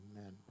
amen